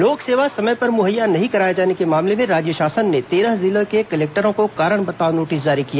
लोक सेवा समय पर मुहैया नहीं कराए जाने के मामले में राज्य शासन ने तेरह जिलों के कलेक्टरों को कारण बताओ नोटिस जारी किया